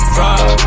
rock